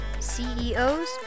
CEOs